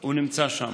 הוא נמצא שם.